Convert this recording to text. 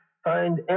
Find